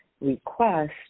request